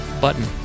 button